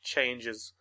Changes